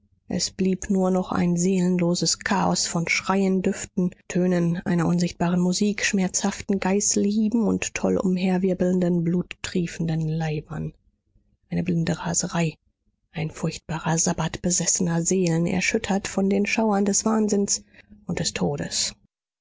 es blieb nur noch ein seelenloses chaos von schreien düften tönen einer unsichtbaren musik schmerzhaften geißelhieben und toll unherwirbelnden bluttriefenden leibern eine blinde raserei ein furchtbarer sabbath besessener seelen erschüttert von den schauern des wahnsinns und des todes